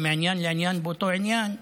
מעניין לעניין באותו עניין,